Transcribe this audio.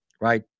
right